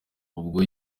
ubwo